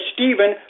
Stephen